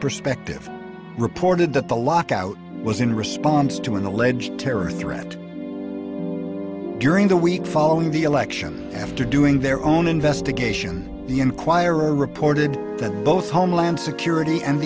perspective reported that the lockout was in response to an alleged terrorist threat during the week following the election after doing their own investigation the enquirer reported that both homeland security and